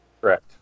Correct